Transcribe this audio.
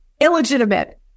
Illegitimate